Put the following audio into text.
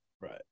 right